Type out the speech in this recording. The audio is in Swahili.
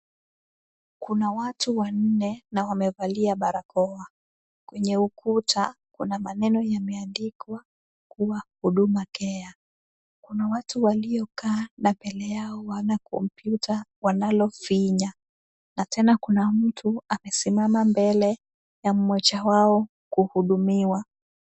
Kuna watu wanne na wamevalia barakoa. Kwenye ukuta, kuna maneno yameandikwa kuwa huduma care. Kuna watu waliokaa na mbele yao wana kompyuta wanayofinya na tena kuna mtu amesimama mbele ya mmoja wao kuhudumiwa.